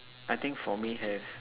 I think for me have